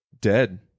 dead